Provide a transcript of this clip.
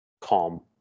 calm